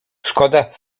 szkoda